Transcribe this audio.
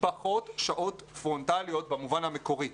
פחות שעות פרונטליות במובן המקורי.